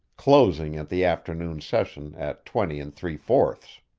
closing at the afternoon session at twenty and three-fourths.